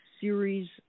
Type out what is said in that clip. series